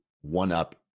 one-up